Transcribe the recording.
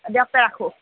দিয়ক তে ৰাখোঁ